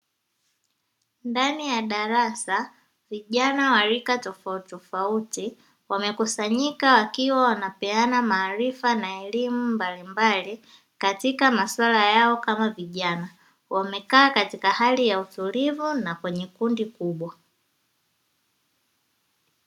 Ndani ya darasa vijana wa rika tofautitofauti wamekusanyika wakiwa wanapeana maarifa na elimu mbalimbali katika masuala yao kama vijana wamekaa katika hali ya utulivu na kwenye kundi kubwa.